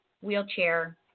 wheelchair